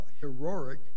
heroic